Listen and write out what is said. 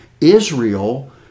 Israel